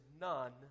none